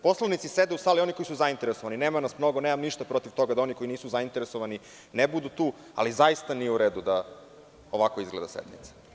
Poslanici sede u sali, oni koji su zainteresovani, nema nas mnogo, nemam ništa protiv toga da oni koji nisu zainteresovani ne budu tu, ali zaista nije u redu da ovako izgleda sednica.